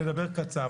אני אמרתי לדבר קצר.